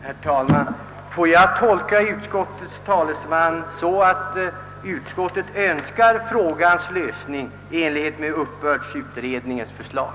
Herr talman! Får jag tolka yttrandet av utskottets talesman så, att utskottet önskar att frågan skall lösas i enlighet med uppbördsutredningens förslag?